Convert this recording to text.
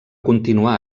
continuar